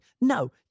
No